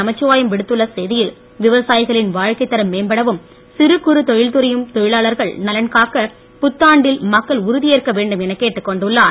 நமச்சிவாயம் விடுத்துள்ள செய்தியில் விவசாயிகளின் வாழ்க்கை தரம் மேம்படவும் சிறுகுறு தொழில் புரியும் தொழிலாளர்கள் நலன் காக்க புத்தாண்டில் மக்கள் உறுதி ஏற்க வேண்டும் என கேட்டுக் கொண்டுள்ளார்